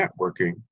networking